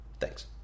Thanks